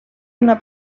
una